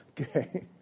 Okay